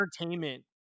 entertainment